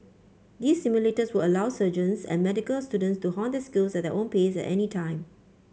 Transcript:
these simulators would allow surgeons and medical student to hone their skills at their own pace at any time